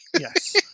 Yes